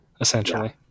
essentially